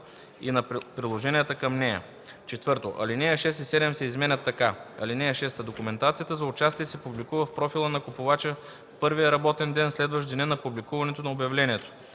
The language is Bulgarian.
и на приложенията към нея.” 4. Алинеи 6 и 7 се изменят така: „(6) Документацията за участие се публикува в профила на купувача в първия работен ден, следващ деня на публикуването на обявлението.